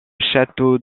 château